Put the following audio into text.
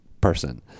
person